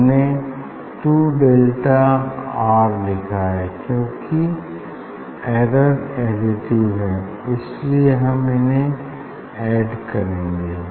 हमने two delta R लिखा है क्यूंकि एरर एडिटिव हैं इसलिए हम इन्हें एड करेंगे